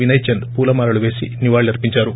వినయ్ చంద్ పూలమాలలు పేసి నివాళులర్చిందారు